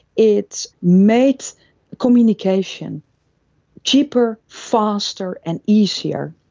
it made communication cheaper, faster and easier.